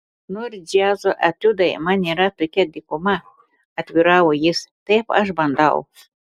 nors džiazo etiudai man yra tokia dykuma atviravo jis taip aš bandau